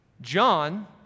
John